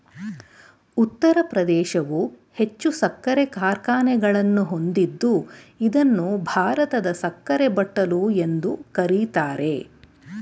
ಉತ್ತರ ಪ್ರದೇಶವು ಹೆಚ್ಚು ಸಕ್ಕರೆ ಕಾರ್ಖಾನೆಗಳನ್ನು ಹೊಂದಿದ್ದು ಇದನ್ನು ಭಾರತದ ಸಕ್ಕರೆ ಬಟ್ಟಲು ಎಂದು ಕರಿತಾರೆ